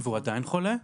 והוא עדיין חולה?